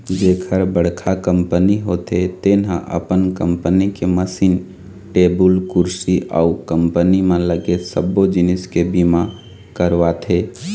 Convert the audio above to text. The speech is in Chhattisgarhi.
जेखर बड़का कंपनी होथे तेन ह अपन कंपनी के मसीन, टेबुल कुरसी अउ कंपनी म लगे सबो जिनिस के बीमा करवाथे